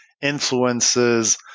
influences